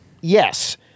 yes